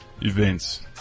events